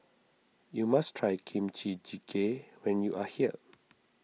you must try Kimchi Jjigae when you are here